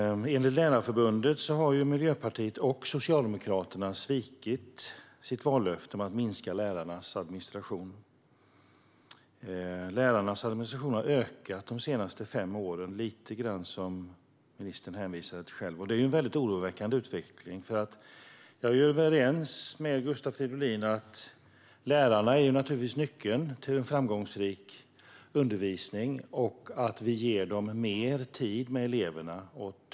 Enligt Lärarförbundet har Miljöpartiet och Socialdemokraterna svikit vallöftet om att minska lärarnas administration. Lärarnas administration har, vilket ministern själv hänvisade till, ökat de senaste fem åren. Och det är en oroväckande utveckling. Jag håller med Gustav Fridolin om att lärarna är nyckeln till framgångsrik undervisning, och vi ska ge dem mer tid med eleverna.